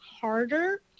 harder